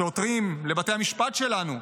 שעותרים לבתי המשפט שלנו,